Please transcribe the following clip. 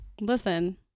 listen